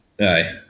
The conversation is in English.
Aye